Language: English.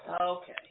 Okay